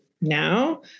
now